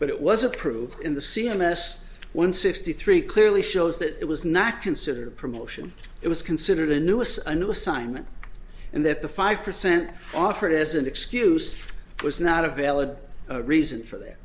but it was approved in the c m s one sixty three clearly shows that it was not considered a promotion it was considered a newest new assignment and that the five percent offered as an excuse was not a valid reason for th